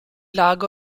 lago